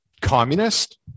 communist